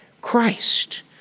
Christ